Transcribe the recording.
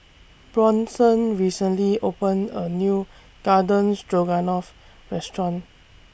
Bronson recently opened A New Garden Stroganoff Restaurant